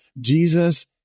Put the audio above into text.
Jesus